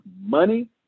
money